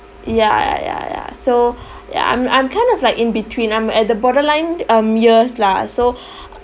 yeah yeah yeah yeah so yeah I'm I'm kind of like in between I'm at the borderline um years lah so